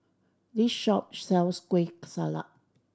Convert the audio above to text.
this shop sells Kueh Salat